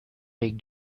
big